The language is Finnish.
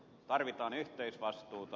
tarvitaan yhteisvastuuta